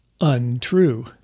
untrue